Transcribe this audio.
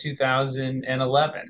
2011